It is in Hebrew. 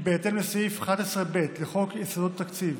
כי בהתאם לסעיף 11(ב) לחוק יסודות התקציב,